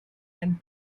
and